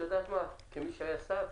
כמי שהיה שר,